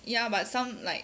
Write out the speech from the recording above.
ya but some like